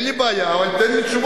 אין לי בעיה, אבל תן לי תשובה.